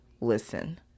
listen